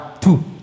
two